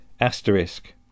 Asterisk